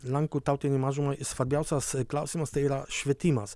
lenkų tautiniai mažumai svarbiausias klausimas tai yra švietimas